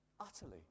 Utterly